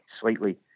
slightly